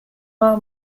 far